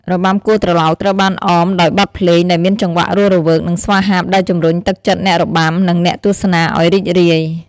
របាំគោះត្រឡោកត្រូវបានអមដោយបទភ្លេងដែលមានចង្វាក់រស់រវើក និងស្វាហាប់ ដែលជំរុញទឹកចិត្តអ្នករបាំ និងអ្នកទស្សនាឱ្យរីករាយ។